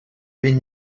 ben